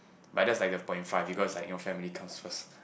but that's like the point five because like you know family comes first